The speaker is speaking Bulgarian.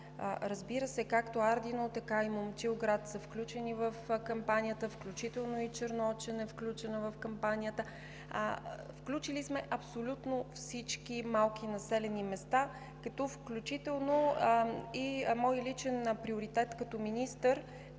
разбира се, както Ардино, така и Момчилград са включени в кампанията, включително и Черноочене е включено в кампанията. Включили сме абсолютно всички малки населени места, включително и мой личен приоритет като министър